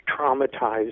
traumatized